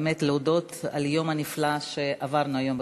באמת להודות על היום הנפלא שעברנו היום בכנסת.